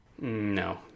No